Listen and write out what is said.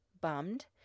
bummed